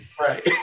Right